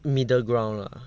middle ground lah